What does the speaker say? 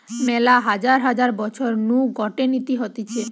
মেলা হাজার হাজার বছর নু গটে নীতি হতিছে